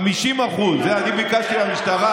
50%. אני ביקשתי מהמשטרה,